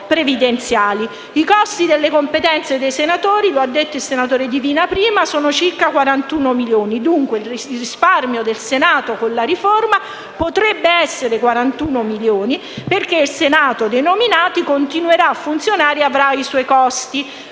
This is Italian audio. I costi delle competenze dei senatori, lo ha detto il senatore Divina prima, ammontano a circa 41 milioni, dunque il risparmio del Senato con la riforma potrebbe essere di 41 milioni perché il Senato dei nominati continuerà a funzionare e avrà i suoi costi.